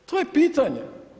To je pitanje.